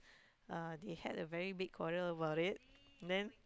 uh they had a very big quarrel about it then